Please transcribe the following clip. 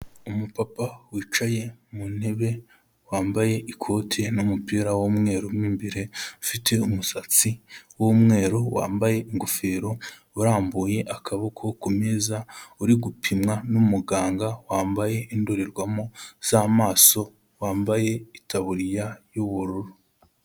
Umupapa wicaye mu ntebe wambaye ikoti n'umupira w'umweru mo imbere, ufite umusatsi w'umweru wambaye ingofero, urambuye akaboko ku meza, uri gupimwa n'umuganga wambaye indorerwamo z'amaso, wambaye itaburiya y'ubururu.